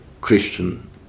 Christian